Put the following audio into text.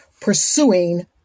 pursuing